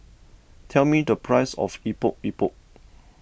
tell me the price of Epok Epok